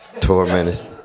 Tormented